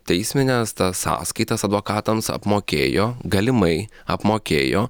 teismines sąskaitas advokatams apmokėjo galimai apmokėjo